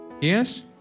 Yes